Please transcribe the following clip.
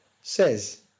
says